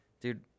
dude